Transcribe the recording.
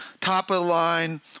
top-of-the-line